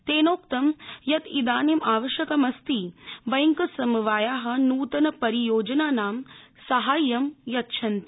तेनोक्त यत् इदानी आवश्यकमस्ति बैंक समवाया नूतन परियोजनानां साहाय्यं यच्छन्त्